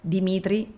Dimitri